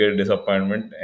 disappointment